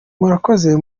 murakoze